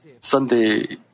Sunday